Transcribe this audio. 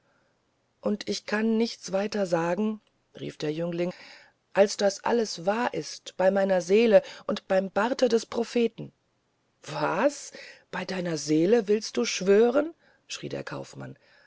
und ich kann nichts weiter sagen rief der jüngling als daß alles wahr ist bei meiner seele und beim bart des propheten was bei deiner seele willst du schwören schrie der kaufmann